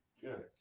Good